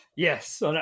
Yes